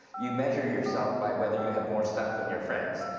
you measure yourself by whether you have more stuff than your friends,